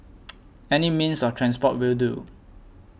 any means of transport will do